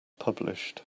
published